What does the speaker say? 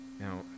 Now